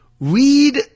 Read